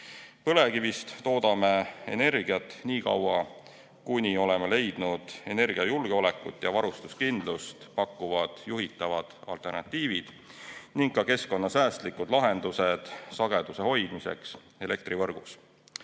Põlevkivist toodame energiat niikaua, kuni oleme leidnud energiajulgeolekut ja varustuskindlust pakkuvad juhitavad alternatiivid ning ka keskkonnasäästlikud lahendused sageduse hoidmiseks elektrivõrgus.